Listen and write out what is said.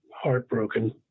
heartbroken